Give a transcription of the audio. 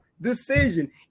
decision